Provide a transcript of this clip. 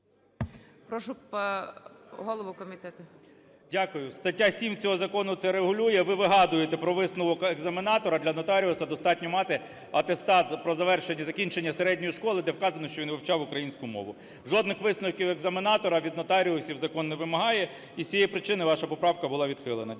КНЯЖИЦЬКИЙ М.Л. Дякую. Стаття 7 цього закону це регулює. Ви вигадуєте про висновок екзаменатора, для нотаріуса достатньо мати атестат про завершення, закінчення середньої школи, де вказано, що він вивчав українську мову. Жодних висновків екзаменатора від нотаріусів закон не вимагає, і з цієї причини ваша поправка була відхилена.